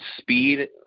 speed